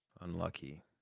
Unlucky